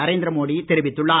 நரேந்திர மோடி தெரிவித்துள்ளார்